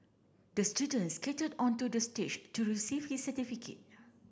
the student skated onto the stage to receive his certificate